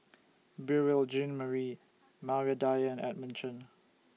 Beurel Jean Marie Maria Dyer and Edmund Chen